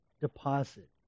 deposit